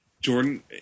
Jordan